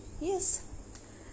yes